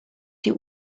die